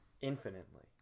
infinitely